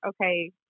okay